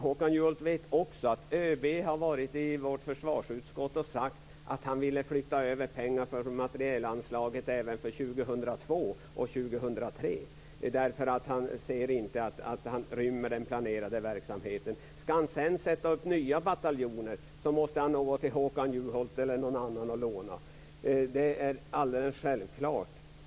Håkan Juholt vet också att överbefälhavaren har varit i vårt försvarsutskott och sagt att han ville flytta över pengar från materielanslaget även för 2002 och 2003, därför att han inte ser att den planerade verksamheten ryms. Om han sedan ska sätta upp nya bataljoner så måste han nog gå till Håkan Juholt eller någon annan och låna. Det är alldeles självklart.